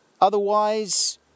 Otherwise